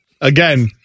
again